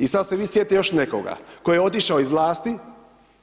I sad se vi sjetite još nekoga koji je otišao iz vlasti